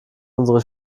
unsere